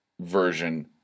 version